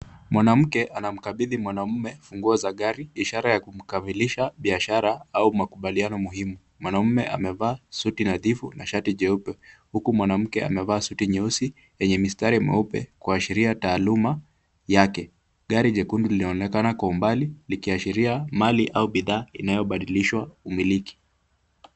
Mwanamke anamkabidhi mwanaume funguo za gari ishara ya kukamilisha biashara au makubaliano muhimu. Mwanaume amevaa suti nadhifu na shati jeupe huku mwanamke amevaa suti nyeusi yenye mistari nyeupe kuashiria taaluma yake, gari jekundu linaonekana kwa umbali likiashiria mali au bidhaa inayobadilishwa umiliki.